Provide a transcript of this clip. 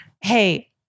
hey